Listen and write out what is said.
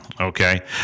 okay